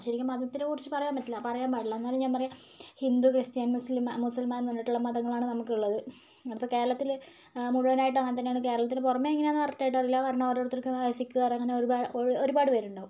ശെരിക്കും മതത്തെക്കുറിച്ച് പറയാൻ പറ്റില്ല പറയാൻ പാടില്ല എന്നാലും ഞാൻ പറയാം ഹിന്ദു ക്രിസ്ത്യൻ മുസ്ലിം മുസൽമാൻന്നു പറഞ്ഞിട്ടുള്ള മതങ്ങളാണ് നമുക്കുള്ളത് അതിപ്പോൾ കേരളത്തില് മുഴുവനായിട്ട് അങ്ങനെത്തന്നെയാണ് കേരളത്തിന് പുറമെ എങ്ങനെയാണെന്ന് കറക്റ്റായിട്ട് അറിയില്ല പറഞ്ഞ ഓരോരുത്തർക്ക് ഇങ്ങനെ സിഖുകാര് അങ്ങനെ ഒരുപാട് ഒരുപാടുപേരുണ്ടാവും